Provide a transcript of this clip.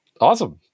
awesome